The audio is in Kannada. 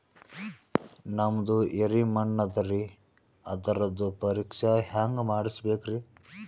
ನಮ್ದು ಎರಿ ಮಣ್ಣದರಿ, ಅದರದು ಪರೀಕ್ಷಾ ಹ್ಯಾಂಗ್ ಮಾಡಿಸ್ಬೇಕ್ರಿ?